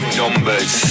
numbers